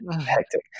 hectic